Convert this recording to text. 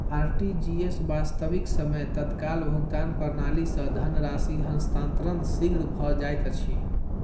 RTGS, वास्तविक समय तत्काल भुगतान प्रणाली, सॅ धन राशि हस्तांतरण शीघ्र भ जाइत अछि